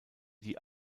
die